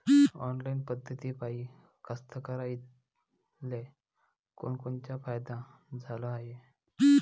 Online पद्धतीपायी कास्तकाराइले कोनकोनचा फायदा झाला हाये?